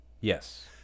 Yes